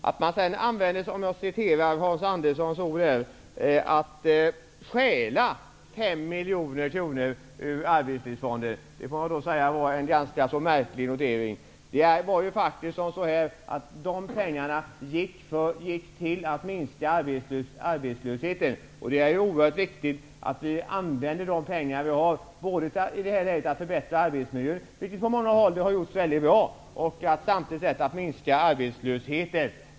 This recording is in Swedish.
Det är en ganska märklig notering när Hans Andersson säger att man stjäl 5 miljoner kronor ur Arbetslivsfonden. De pengarna gick till att minska arbetslösheten. Det är oerhört viktigt att vi använder de pengar vi har både till att förbättra arbetsmiljön, vilket har gjorts mycket bra på många håll, och till att minska arbetslösheten.